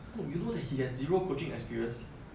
bro you know that he has zero coaching experience